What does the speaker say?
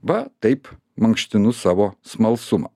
va taip mankštinu savo smalsumą